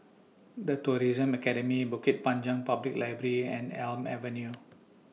The Tourism Academy Bukit Panjang Public Library and Elm Avenue